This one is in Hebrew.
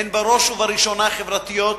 הן בראש ובראשונה חברתיות,